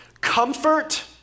comfort